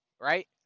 Right